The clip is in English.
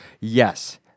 yes